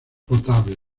potable